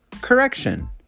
correction